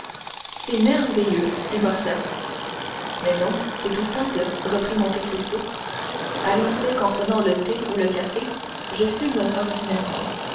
c'est merveilleux dit morcerf mais non c'est tout simple reprit monte cristo ali sait qu'en prenant le thé ou le café je fume ordinairement